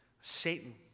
Satan